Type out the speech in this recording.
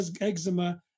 eczema